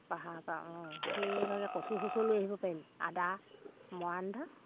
পাহাৰৰ পৰা অঁ সেইভাগে কচু চচু লৈ আহিব পাৰিম আদা মৰাণ আদা